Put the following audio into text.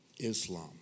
Islam